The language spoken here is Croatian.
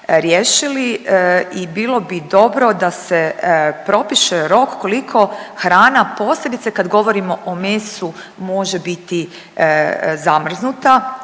riješili i bilo bi dobro da se propiše rok koliko hrana posebice kad govorimo o mesu može biti zamrznuta